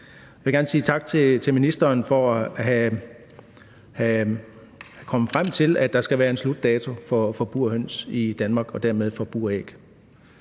Jeg vil gerne sige tak til ministeren for at være kommet frem til, at der skal være en slutdato for burhøns i Danmark og dermed for buræg.